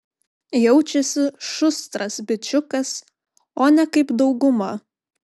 jaučiasi šustras bičiukas o ne kaip dauguma